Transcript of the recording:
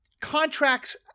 contracts